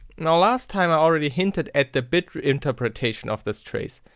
now last time i already hinted at the bit interpretation of this trace.